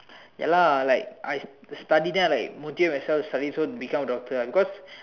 ya lah like I study then I like motivate myself study so become doctor because